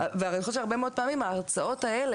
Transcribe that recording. אני חושבת שהרבה מאוד פעמים ההרצאות האלה,